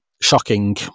shocking